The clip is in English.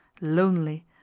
Lonely